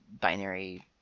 binary